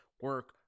Work